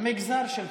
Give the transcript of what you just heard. המגזר שלך.